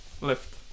left